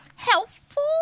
helpful